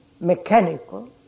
mechanical